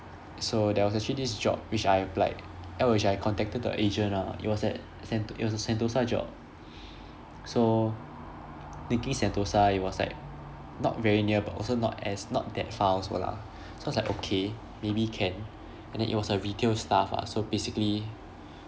so there was actually this job which I applied uh which I contacted a agent ah it was at sen~ it was a sentosa job so thinking sentosa it was like not very near but also not as not that far also lah so I was like okay maybe can and then it was a retail staff ah so basically